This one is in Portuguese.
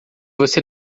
você